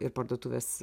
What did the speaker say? ir parduotuvės